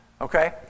Okay